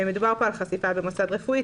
מדובר כאן על חשיפה במוסד רפואי,